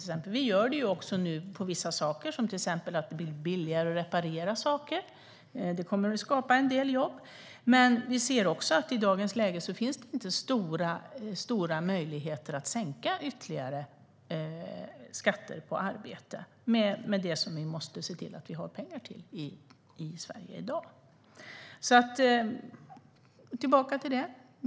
Det gör vi också nu vad gäller en del saker. Till exempel blir vissa reparationer billigare. Det kommer att skapa en del jobb. Men vi ser också att det i dagens läge inte finns några stora möjligheter att sänka skatter på arbete ytterligare, med tanke på vad vi i dagens Sverige måste se till att vi har pengar till.